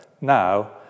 now